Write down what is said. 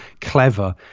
clever